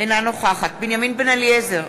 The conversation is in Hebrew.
אינה נוכחת בנימין בן-אליעזר,